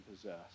possess